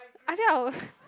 I think I will